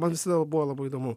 man visada buvo labai įdomu